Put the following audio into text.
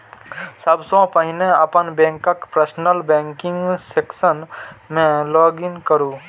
सबसं पहिने अपन बैंकक पर्सनल बैंकिंग सेक्शन मे लॉग इन करू